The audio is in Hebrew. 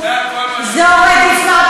חבר הכנסת,